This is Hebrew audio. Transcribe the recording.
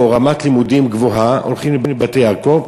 או רמת לימודים גבוהה, הולכים ל"בית יעקב",